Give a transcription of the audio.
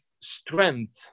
strength